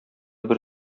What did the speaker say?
бер